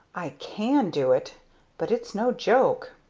i can do it but it's no joke.